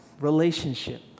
relationship